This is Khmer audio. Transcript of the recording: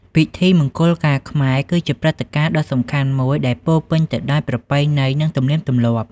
ពិធីមង្គលការខ្មែរ គឺជាព្រឹត្តិការណ៍ដ៏សំខាន់មួយដែលពោរពេញទៅដោយប្រពៃណី និងទំនៀមទម្លាប់។